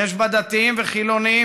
יש בה דתיים וחילונים,